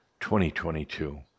2022